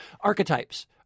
archetypes